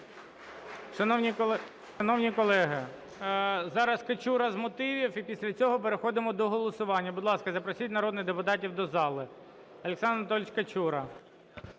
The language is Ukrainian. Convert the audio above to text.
Шановні колеги, зараз Качура - з мотивів, і після цього переходимо до голосування. Будь ласка, запросіть народних депутатів до зали.